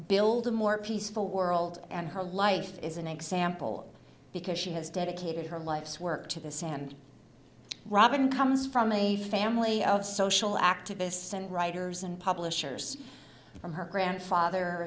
build a more peaceful world and her life is an example because she has dedicated her life's work to the sand robin comes from a family of social activists and writers and publishers from her grandfather